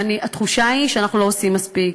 והתחושה היא שאנחנו לא עושים מספיק.